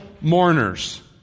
mourners